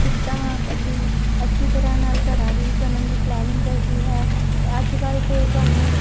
ਕਿੱਦਾਂ ਤੁਸੀਂ ਅੱਛੀ ਤਰਾਂ ਨਾਲ ਘਰਾਂ ਦੀ ਬਣਨ ਦੀ ਪਲੈਨਿੰਗ ਕਰਦੀ ਹੈ ਤੇ ਅੱਜ ਕੱਲ ਤੇ ਤੁਹਾਨੂੰ